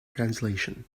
translation